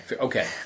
okay